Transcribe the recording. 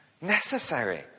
necessary